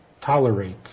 tolerate